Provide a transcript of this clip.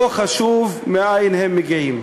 לא חשוב מאין הם מגיעים.